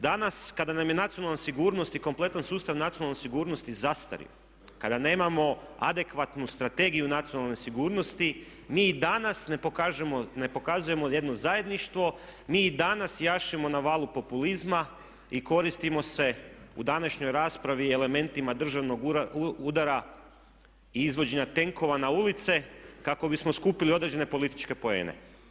Danas kada nam je nacionalna sigurnost i kompletan sustav nacionalne sigurnosti zastario, kada nemamo adekvatnu Strategiju nacionalne sigurnosti mi i danas ne pokazujemo jedno zajedništvo, mi i danas jašimo na valu populizma i koristimo se u današnjoj raspravi elementima državnog udara i izvođenja tenkova na ulice kako bismo skupili određene političke poene.